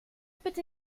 bitte